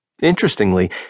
Interestingly